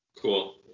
cool